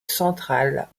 central